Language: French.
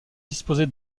disposer